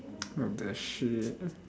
what the shit